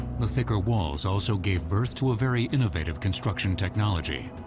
the thicker walls also gave birth to a very innovative construction technology